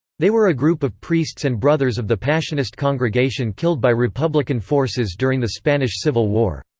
they were a group of priests and brothers of the passionist congregation killed by republican forces during the spanish civil war.